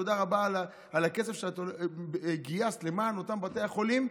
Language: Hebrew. תודה רבה על הכסף שגייסת למען אותם בתי החולים,